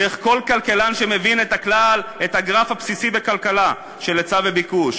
דרך כל כלכלן שמבין את הגרף הבסיסי בכלכלה של היצע וביקוש: